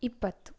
ಇಪ್ಪತ್ತು